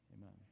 amen